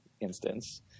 instance